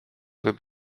võib